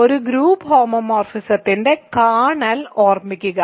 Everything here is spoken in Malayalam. ഒരു ഗ്രൂപ്പ് ഹോമോമോർഫിസത്തിന്റെ കേർണൽ ഓർമ്മിക്കുക